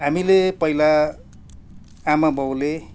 हामीले पहिला आमा बाउले